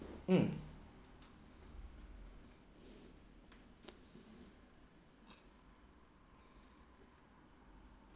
mm